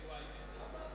אדוני היושב-ראש, חברי